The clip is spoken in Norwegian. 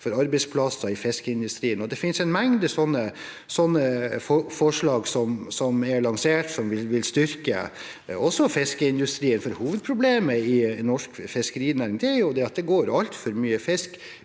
for arbeidsplasser i fiskeindustrien. Det finnes en mengde sånne forslag som er lansert som vil styrke også fiskeindustrien. Hovedproblemet i norsk fiskerinæring er jo at det går altfor mye fisk